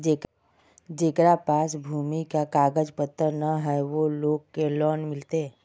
जेकरा पास भूमि का कागज पत्र न है वो लोग के लोन मिलते?